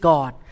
God